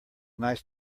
nice